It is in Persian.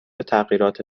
تغییرات